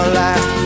last